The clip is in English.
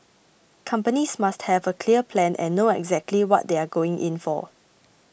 companies must have a clear plan and know exactly what they are going in for